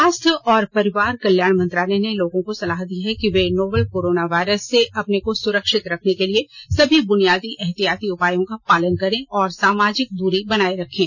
स्वास्थ्य और परिवार कल्याण मंत्रालय ने लोगों को सलाह दी है कि वे नोवल कोरोना वायरस से अपने को सुरक्षित रखने के लिए सभी बुनियादी एहतियाती उपायों का पालन करें और सामाजिक दूरी बनाए रखें